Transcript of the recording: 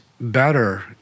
better